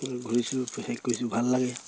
ঘূৰিছোঁ শেষ কৰিছোঁ ভাল লাগে